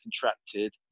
contracted